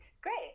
great